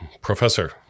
Professor